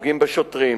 הפוגעים בשוטרים,